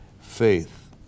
faith